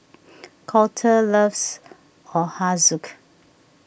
Colter loves Ochazuke